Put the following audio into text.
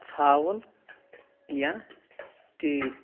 ژھاوُل یا تیٖر